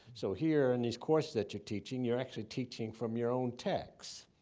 so here in these courses that you're teaching, you're actually teaching from your own texts.